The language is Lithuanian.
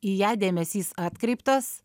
į ją dėmesys atkreiptas